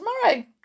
tomorrow